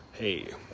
Hey